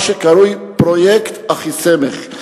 מה שקרוי "פרויקט אחיסמך".